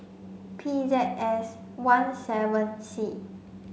P Z S one seven C